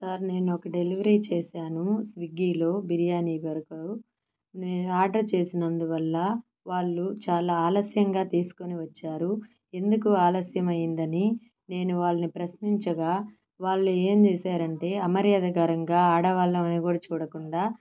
sir నేను ఒక delivery చేసాను స్విగ్గిలో బిర్యానీ కొరకు నే ఆర్డర్ చేసినందువల్ల వాళ్ళు చాలా ఆలస్యంగా తీసుకుని వచ్చారు ఎందుకు ఆలస్యం అయ్యిందని నేను వాళ్ళని ప్రశ్నించగా వాళ్ళు ఏం చేశారంటే అమర్యాదకరంగా ఆడవాళ్ళని కూడా చూడకుండా